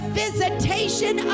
visitation